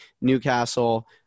Newcastle